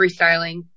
freestyling